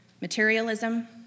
Materialism